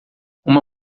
uma